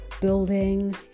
building